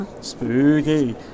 Spooky